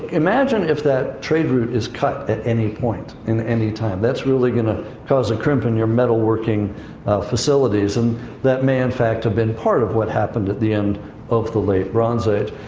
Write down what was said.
imagine if that trade route is cut at any point, in any time. that's really going to cause a crimp in your metalworking facilities. and that may in fact have been part of what happened at the end of the late bronze age.